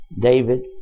David